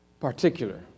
particular